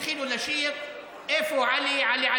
התחילו לשיר: איפה עלי?